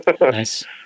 Nice